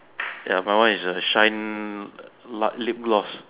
ya my one is a shine la~ lip gloss